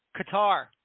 Qatar